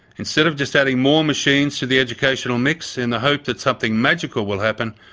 instead of just adding more machines to the educational mix, in the hope that something magical will happen,